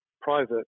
private